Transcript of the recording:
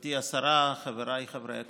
גברתי השרה, חבריי חברי הכנסת,